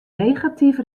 negatyf